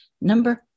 number